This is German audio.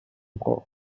bruch